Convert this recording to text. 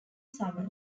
summer